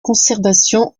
conservation